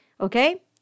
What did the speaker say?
Okay